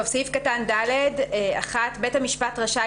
"(ד) (1)בית המשפט רשאי,